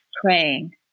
praying